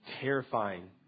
terrifying